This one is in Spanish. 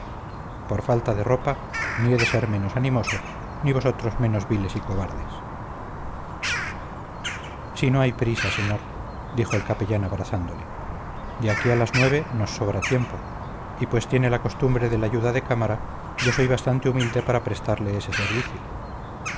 por falta de ropa ni he de ser menos animoso ni vosotros menos viles y cobardes si no hay prisa señor dijo el capellán abrazándole de aquí a las nueve nos sobra tiempo y pues tiene la costumbre del ayuda de cámara yo soy bastante humilde para prestarle ese servicio